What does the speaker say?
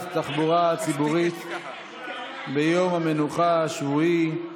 תחבורה ציבורית ביום המנוחה השבועי,